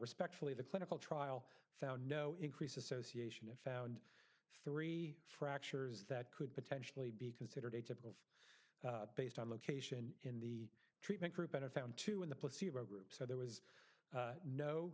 respectfully the clinical trial found no increase association and found three fractures that could potentially be considered a typical based on location in treatment group and in found two in the placebo group so there was